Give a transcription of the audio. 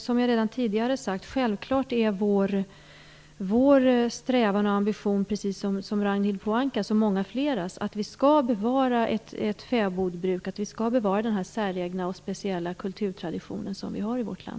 Som jag redan tidigare sagt är regeringens strävan och ambition självfallet precis densamma som Ragnhild Pohankas och många andras, nämligen att vi skall bevara ett fäbodbruk i vårt land och därmed en säregen och speciell kulturtradition.